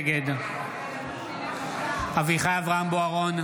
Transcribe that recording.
נגד אביחי אברהם בוארון,